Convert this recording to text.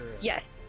yes